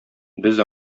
без